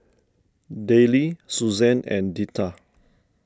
Dayle Susanne and Deetta